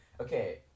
Okay